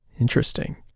interesting